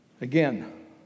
Again